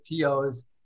TO's